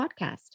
podcast